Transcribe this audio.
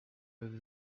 over